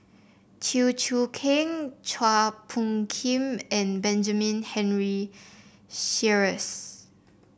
Chew Choo Keng Chua Phung Kim and Benjamin Henry Sheares